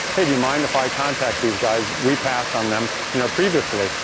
hey, do you mind if i contact these guys? we passed on them you know previously.